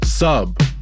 sub